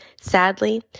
Sadly